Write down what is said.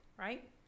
Right